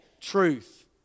truth